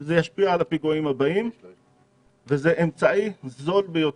זה ישפיע על הפיגועים וזה גם אמצעי זול ביותר.